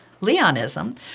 Leonism